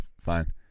fine